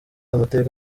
amateka